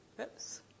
Oops